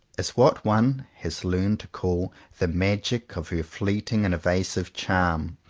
is what one has learned to call the magic of her fleeting and evasive charm.